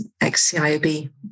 ex-CIOB